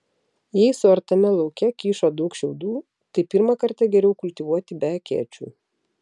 jei suartame lauke kyšo daug šiaudų tai pirmą kartą geriau kultivuoti be akėčių